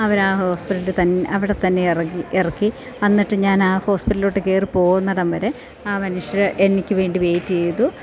അവരാണ് ഹോസ്പിറ്റലിൽ തൻ അവിടെത്തന്നെ ഇറങ്ങി ഇറക്കി എന്നിട്ടു ഞാനാണ് ഹോസ്പിറ്റലിലോട്ടു കയറിപ്പോകുന്നിടം വരെ ആ മനുഷ്യർ എനിക്കു വേണ്ടി വെയിറ്റ് ചെയ്തു